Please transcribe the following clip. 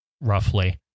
roughly